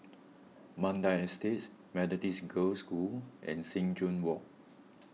Mandai Estate Methodist Girls' School and Sing Joo Walk